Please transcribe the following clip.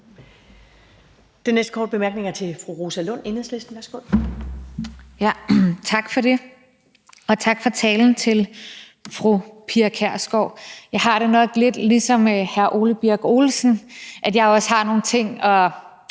Den næste korte bemærkning er til fru Rosa Lund, Enhedslisten. Værsgo. Kl. 10:46 Rosa Lund (EL): Tak for det, og tak for talen til fru Pia Kjærsgaard. Jeg har det nok lidt ligesom hr. Ole Birk Olesen, at jeg også har nogle ting at